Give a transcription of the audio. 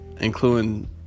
including